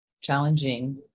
challenging